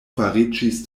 fariĝis